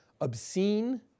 obscene